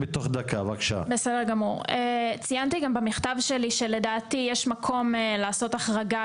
במכתב שלי ציינתי שלדעתי יש מקום לעשות החרגה